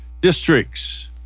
districts